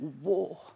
war